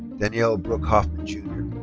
danielle brooke hoffman jr.